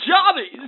Johnny